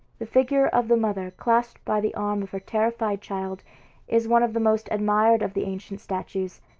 the figure of the mother clasped by the arm of her terrified child is one of the most admired of the ancient statues.